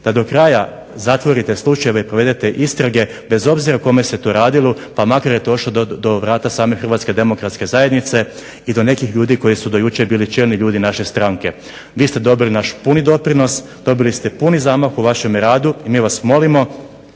da do kraja zatvorite slučajeve i povedite istrage bez obzira o kome se tu radilo pa makar i došlo do vrata samog HDZ-a i do nekih ljudi koji su do jučer bili čelni ljudi naše stranke. Vi ste dobili naš puni doprinos, dobili ste puni zamah u vašem radu i mi vas molimo